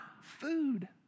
food